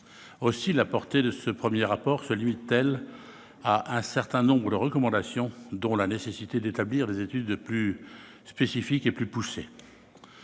Aussi la portée de ce premier rapport se limite-t-elle à un certain nombre de recommandations, dont la nécessité d'établir des études plus spécifiques et plus poussées.